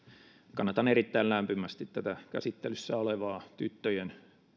kannatan erittäin lämpimästi tätä käsittelyssä olevaa tyttöjen